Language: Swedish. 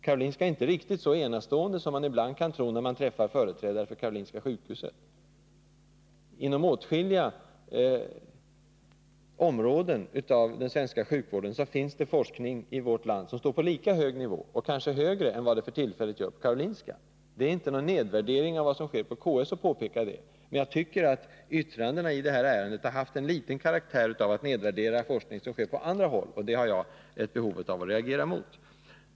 Karolinska är inte riktigt så enastående som man ibland kan tro, när man talar med företrädare för detta sjukhus. Inom åtskilliga områden av den svenska sjukvården finns det forskning i vårt land som står på lika hög nivå och kanske högre än vad forskningen för tillfället gör på Karolinska sjukhuset. Att påpeka det är inte någon nedvärdering av vad som sker på KS, men jag tycker att yttrandena i detta ärende litet grand har haft karaktären av att nedvärdera den forskning som sker på andra håll. Och det har jag ett behov av att reagera mot.